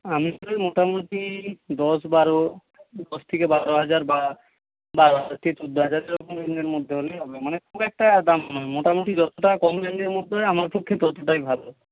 আমি তো মোটামুটি দশ বারো দশ থেকে বারো হাজার বা বারো হাজার থেকে চৌদ্দো হাজার এইরকম রেঞ্জের মধ্যে হলে হবে মানে খুব একটা দাম নয় মোটামুটি যতটা কম রেঞ্জের মধ্যে হয় আমার পক্ষে ততোটাই ভালো